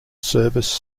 service